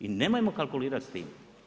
I nemojmo kalkulirati s tim.